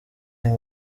ayo